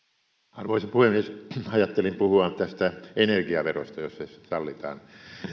arvoisa puhemies ajattelin puhua tästä energiaverosta jos se sallitaan